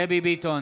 נגד דבי ביטון,